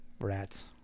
Rats